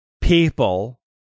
people